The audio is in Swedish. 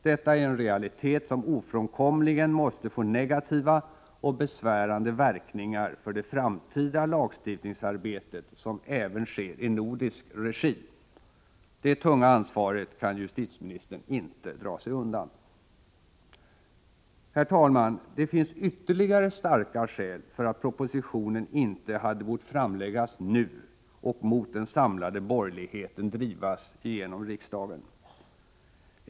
Detta är en realitet som ofrånkomligen måste få negativa och besvärande verkningar för det framtida lagstiftningsarbetet, som även sker i nordisk regi. Det tunga ansvaret kan justitieministern inte dra sig undan. Herr talman! Det finns ytterligare starka skäl för att propositionen inte hade bort framläggas nu och mot den samlade borgerligheten drivas igenom i riksdagen.